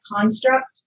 construct